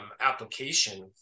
application